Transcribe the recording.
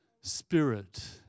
Spirit